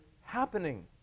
happening